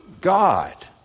God